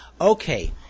okay